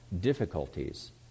difficulties